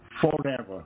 forever